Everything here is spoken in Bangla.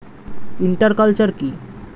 ইন্টার কালচার কি?